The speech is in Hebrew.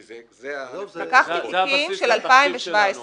כי זה --- זה הבסיס לתחקיר שלנו אדוני.